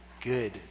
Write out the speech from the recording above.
good